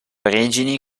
origini